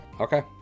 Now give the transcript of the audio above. okay